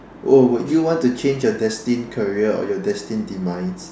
oh would you want to change your destine career or your destine demise